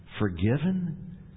forgiven